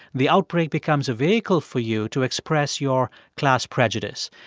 the outbreak becomes a vehicle for you to express your class prejudice.